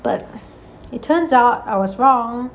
but it turns out I was wrong